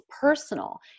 personal